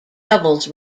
doubles